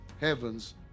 Heaven's